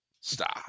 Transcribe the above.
stop